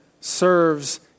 serves